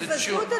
תבזו את עצמכם.